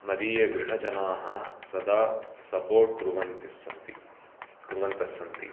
मदीय गृहजनाः सदा सपोर्ट कुर्वन्ति सन्ति कुर्वन्तः सन्ति